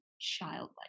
childlike